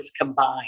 combined